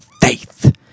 faith